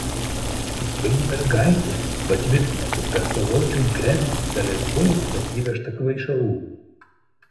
vainbergaitė patvirtino kad per saločių grenctalės punktą įvežta kvaišalų